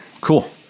Cool